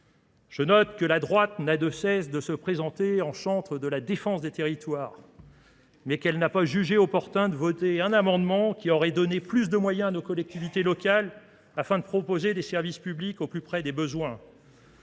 Je note que la droite n'a de cesse de se présenter en centre de la défense des territoires, mais qu'elle n'a pas jugé opportun de voter un amendement qui aurait donné plus de moyens à nos collectivités locales afin de proposer des services publics au plus près des besoins.